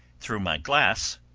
through my glass,